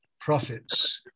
Prophets